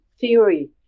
theory